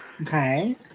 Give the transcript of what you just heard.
Okay